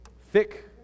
thick